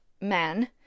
man